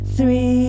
Three